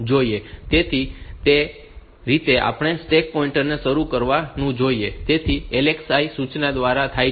તેથી જે રીતે આપણે સ્ટેક પોઇન્ટર ને શરૂ કરવું જોઈએ તે LXI સૂચના દ્વારા થાય છે